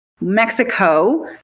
Mexico